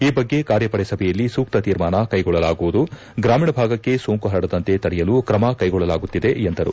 ಈ ಬಗ್ಗೆ ಕಾರ್ಯಪಡೆ ಸಭೆಯಲ್ಲಿ ಸೂಕ್ಷ ತೀರ್ಮಾನ ಕೈಗೊಳ್ಳಲಾಗುವುದು ಗ್ರಾಮೀಣ ಭಾಗಕ್ಕೆ ಸೋಂಕು ಹರಡದಂತೆ ತಡೆಯಲು ಕ್ರಮ ಕೈಗೊಳ್ಳಲಾಗುತ್ತಿದೆ ಎಂದರು